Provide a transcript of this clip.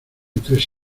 tres